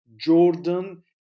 Jordan